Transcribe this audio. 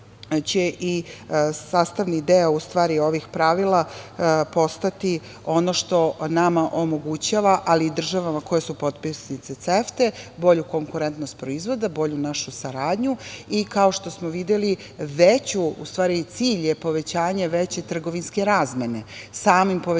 će i sastavni deo ovih pravila postati ono što nama omogućava, ali i državama koje su potpisnice CEFTA-e, bolju konkurentnost proizvoda, bolju našu saradnju i kao što smo videli, cilj je povećanje veće trgovinske razmene. Samim povećanjem